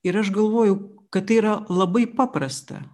ir aš galvoju kad tai yra labai paprasta